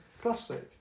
Classic